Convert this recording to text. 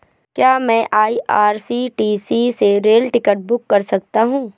क्या मैं आई.आर.सी.टी.सी से रेल टिकट बुक कर सकता हूँ?